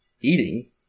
Eating